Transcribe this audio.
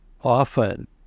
often